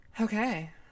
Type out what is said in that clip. okay